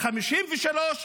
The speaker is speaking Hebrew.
ב-1953,